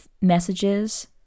messages